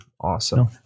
awesome